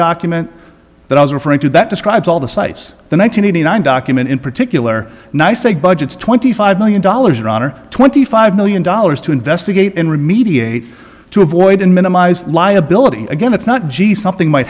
document that i was referring to that describes all the sites the nine hundred eighty nine document in particular nice a budgets twenty five million dollars around or twenty five million dollars to investigate in remediate to avoid and minimize liability again it's not gee something might